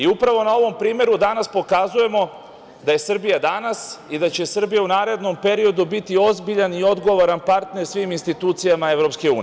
Upravo na ovom primeru danas pokazujemo da je Srbija danas i da će Srbija u narednom periodu biti ozbiljan i odgovoran partner svim institucijama EU.